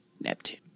Neptune